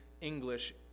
English